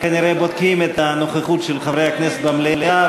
כנראה בודקים את הנוכחות של חברי הכנסת במליאה,